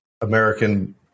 American